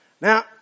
Now